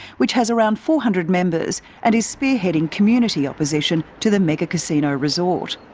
which has around four hundred members and is spearheading community opposition to the mega casino resort.